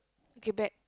okay bet